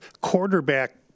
quarterback